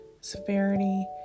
severity